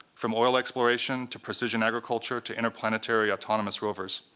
from oil exploration to precision agriculture to interplanetary autonomous rovers.